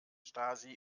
stasi